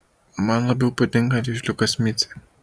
man labiau patinka vėžliukas micė